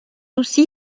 aussi